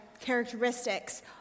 characteristics